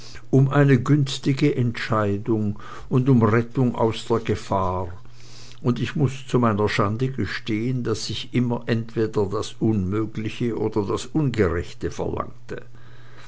um eine günstige entscheidung und um rettung aus der gefahr und ich muß zu meiner schande gestehen daß ich immer entweder das unmögliche oder das ungerechte verlangte